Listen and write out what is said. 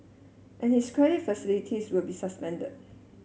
and his credit facilities will be suspended